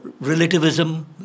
relativism